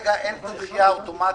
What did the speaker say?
כרגע אין דחייה אוטומטית.